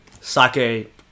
sake